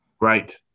right